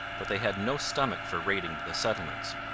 but they had no stomach for raiding the settlements.